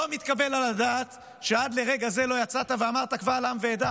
לא מתקבל על הדעת שעד לרגע זה לא יצאת ואמרת קבל עם ועדה: